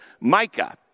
Micah